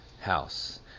house